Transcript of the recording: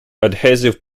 adhesive